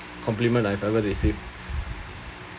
compliment I've ever received